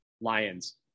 Lions